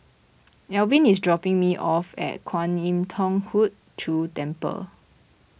Alvin is dropping me off at Kwan Im Thong Hood Cho Temple